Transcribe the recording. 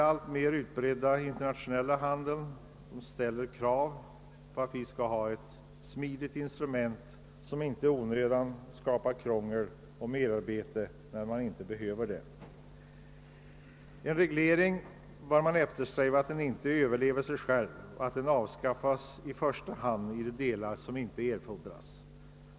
Den ökande internationella handeln ställer krav på att vi härvidlag har ett smidigt instrument som inte skapar onödigt krångel och merarbete. Regleringen bör inte få överleva sig själv — i första hand bör den avskaffas i de delar som inte erfordras.